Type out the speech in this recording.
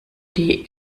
die